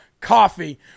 coffee